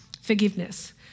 forgiveness